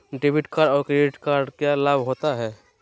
Debit card और credit card क्या लाभ होता है?